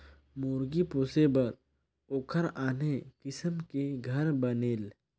मुरगी पोसे बर ओखर आने किसम के घर बनेल